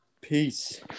Peace